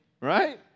right